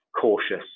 cautious